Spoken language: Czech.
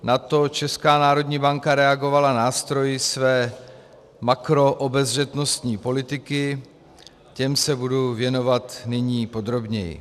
Na to Česká národní banka reagovala nástroji své makroobezřetnostní politiky, těm se budu věnovat nyní podrobněji.